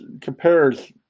compares